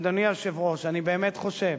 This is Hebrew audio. אדוני היושב-ראש, אני באמת חושב